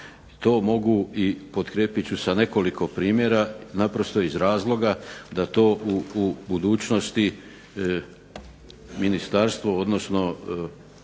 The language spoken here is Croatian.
To mogu i potkrijepit ću sa nekoliko primjera, naprosto iz razloga da to u budućnosti ministarstvo, odnosno